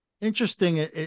interesting